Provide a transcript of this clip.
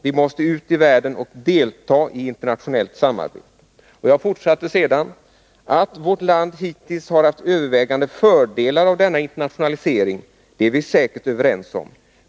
Vi måste ut i världen och delta i internationellt samarbete.” Och jag fortsatte: ”Att vårt land hittills har haft övervägande fördelar av denna internationalisering är vi säkert överens om.